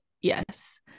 Yes